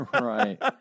Right